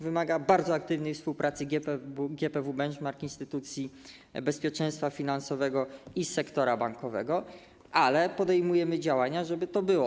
Wymaga bardzo aktywnej współpracy GPW Benchmark, instytucji bezpieczeństwa finansowego i sektora bankowego, ale podejmujemy działania, żeby to było.